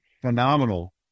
phenomenal